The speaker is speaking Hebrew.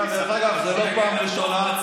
דרך אגב, זו לא פעם ראשונה.